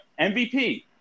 MVP